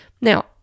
Now